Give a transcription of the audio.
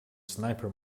sniper